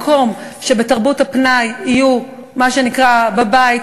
במקום שבשעות הפנאי הם יהיו בבית,